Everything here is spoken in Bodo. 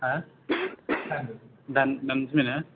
हा दाननो थिनबाय ना